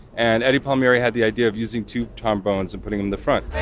and eddie palmieri had the idea of using two trombones and putting in the front